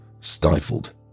stifled